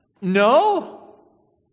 no